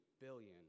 billion